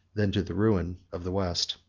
than to the ruin of the west.